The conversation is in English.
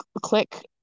click